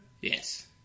Yes